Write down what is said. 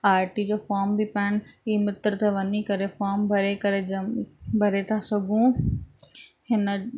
R T जो form बि पाणे ई मित्र ते वञी करे फॉम भरे करे जमा भरे था सघूं हिन